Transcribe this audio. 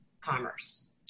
Commerce